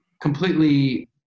completely